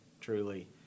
truly